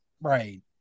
right